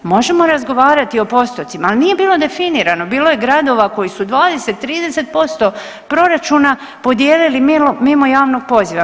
Možemo razgovarati i o postocima, ali nije bilo definirano, bilo je gradova koji su 20-30% proračuna podijelili mimo javnog poziva.